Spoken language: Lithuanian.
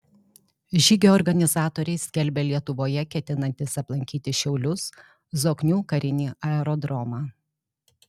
žygio organizatoriai skelbia lietuvoje ketinantys aplankyti šiaulius zoknių karinį aerodromą